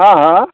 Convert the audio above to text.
हाँ हाँ